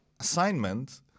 assignment